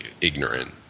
ignorant